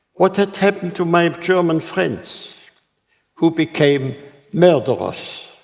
what had happened to my german friends who became murderers?